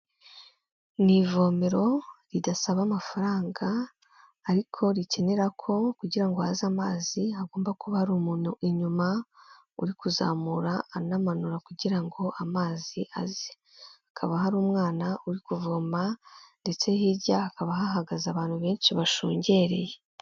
Ni ivomero ridasaba amafaranga ariko rikenera ko kugira ngo haze amazi hagomba kuba hari umuntu inyuma uri kuzamura anamanura kugira ngo amazi aze, akaba hari umwana uri kuvoma ndetse hirya hakaba hahagaze abantu benshi bashungereye.